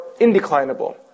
indeclinable